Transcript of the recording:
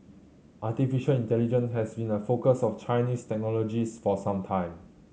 artificial intelligence has been a focus of Chinese technologist for some time